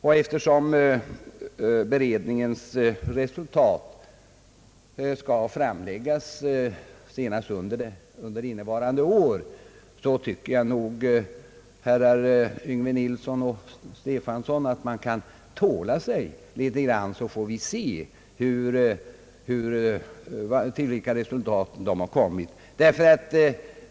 Och eftersom beredningens resultat skall framläggas under innevarande år tycker jag, herrar Yngve Nilsson och Stefanson, att man kan ge sig till tåls ett tag så att vi får se till vilka resultat beredningen kommer.